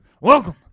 Welcome